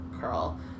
curl